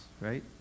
right